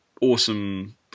awesome